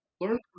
Learn